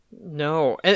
No